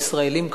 הישראלים,